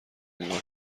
نگاه